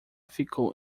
ficou